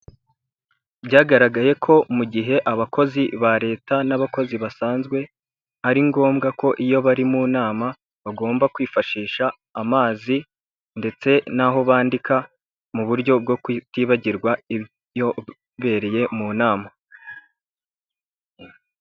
Byagaragaye ko mu gihe abakozi ba leta n'abakozi basanzwe ari ngombwa ko iyo bari mu nama bagomba kwifashisha amazi ndetse n'aho bandika, mu buryo bwo kutibagirwa ibyabereye mu nama.